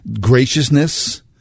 graciousness